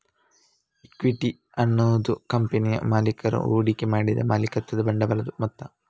equity ಅನ್ನುದು ಕಂಪನಿಯ ಮಾಲೀಕರು ಹೂಡಿಕೆ ಮಾಡಿದ ಮಾಲೀಕತ್ವದ ಬಂಡವಾಳದ ಮೊತ್ತ